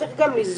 צריך גם לזכור